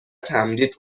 تمدید